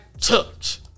touch